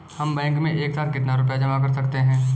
हम बैंक में एक साथ कितना रुपया जमा कर सकते हैं?